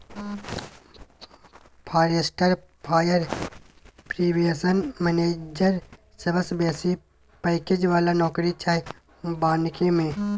forest fire prevention manager सबसँ बेसी package बला नौकरी छै बानिकी मे